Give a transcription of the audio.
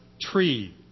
tree